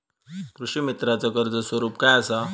कृषीमित्राच कर्ज स्वरूप काय असा?